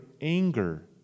anger